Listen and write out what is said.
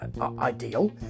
ideal